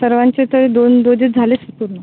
सर्वांचे तर दोन डोजेस् झालेच